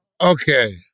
Okay